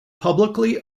publicly